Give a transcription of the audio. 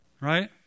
right